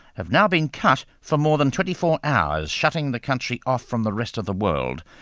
have now been cut for more than twenty four hours, shutting the country off from the rest of the world.